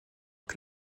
que